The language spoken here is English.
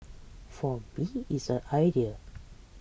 for me is a ideal